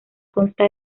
consta